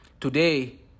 Today